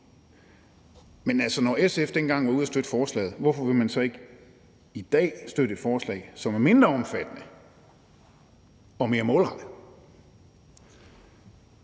Men når SF dengang var ude at støtte forslaget, hvorfor vil man så ikke i dag støtte et forslag, som er mindre omfattende og mere målrettet?